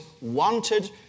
wanted